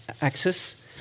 access